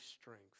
strength